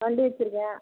வண்டி வச்சுருக்கேன்